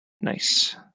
Nice